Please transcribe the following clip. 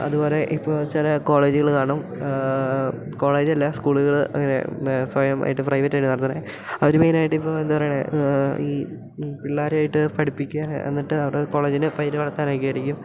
അതുപോലെ ഇപ്പോൾ ചില കോളേജുകൾ കാണും കോളേജല്ല സ്കൂളുകൾ അങ്ങനെ സ്വയമായിട്ട് പ്രൈവറ്റായിട്ട് നടത്തുന്നത് അവർ മെയിനായിട്ട് ഇപ്പോൾ എന്താ പറയണത് ഈ പിള്ളേരായിട്ട് പഠിപ്പിക്കാൻ എന്നിട്ട് അവരുടെ കോളേജിന് പേരു വളർത്താനൊക്കെ ആയിരിക്കും